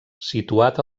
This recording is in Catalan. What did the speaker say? situat